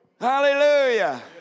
Hallelujah